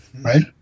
right